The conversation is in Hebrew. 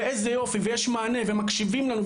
הייתה תחושה שיש מענה ומקשיבים לנו,